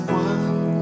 one